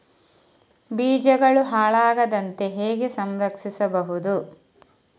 ಬೀಜಗಳು ಹಾಳಾಗದಂತೆ ಹೇಗೆ ಸಂರಕ್ಷಿಸಬಹುದು?